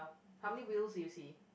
how many wheels do you see